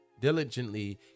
Diligently